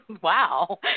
Wow